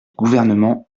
gouvernement